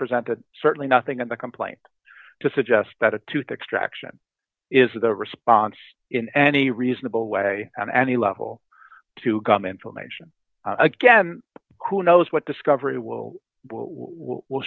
presented certainly nothing in the complaint to suggest that a tooth extraction is a response in any reasonable way on any level to come in formation again who knows what discovery will will